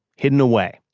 hidden away,